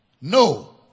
No